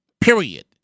Period